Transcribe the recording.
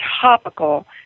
topical